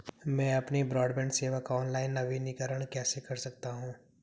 मैं अपनी ब्रॉडबैंड सेवा का ऑनलाइन नवीनीकरण कैसे कर सकता हूं?